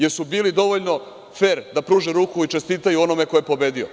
Jesu li bili dovoljno fer da pruže ruku i čestitaju onome ko je pobedio?